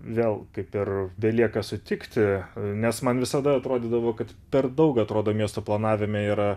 vėl kaip ir belieka sutikti nes man visada atrodydavo kad per daug atrodo miesto planavime yra